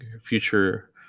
future